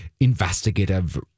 investigative